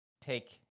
take